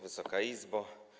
Wysoka Izbo!